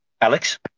Alex